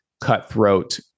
cutthroat